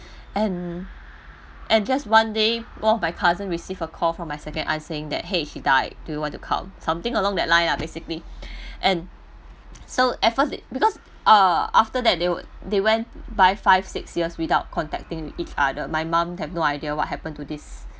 and and just one day both of my cousin receive a call from my second aunt saying that !hey! she died do you want to come something along that line lah basically and so at first they because uh after that they will they went by five six years without contacting each other my mom have no idea what happen to this